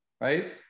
right